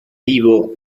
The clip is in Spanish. vivo